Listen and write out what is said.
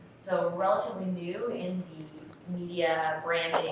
so, relatively new in the media, branding,